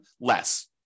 less